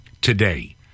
today